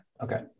Okay